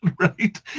right